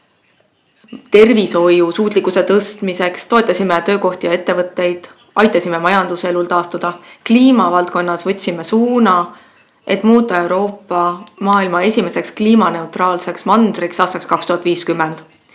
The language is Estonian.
tervishoiusuutlikkuse tõstmiseks, toetasime töökohti ja ettevõtteid, aitasime majanduselul taastuda. Kliimavaldkonnas võtsime suuna muuta Euroopa maailma esimeseks kliimaneutraalseks mandriks aastaks 2050.